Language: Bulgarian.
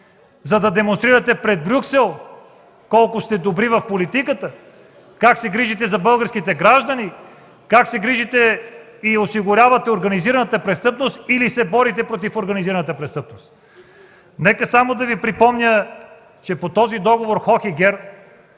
За да демонстрирате пред Брюксел колко сте добри в политиката ли? Как се грижите за българските граждани ли? Как се грижите и осигурявате организираната престъпност или се борите против организираната престъпност? Нека само да Ви припомня за този договор „Хохегер”.